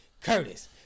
Curtis